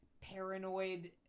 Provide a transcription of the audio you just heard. paranoid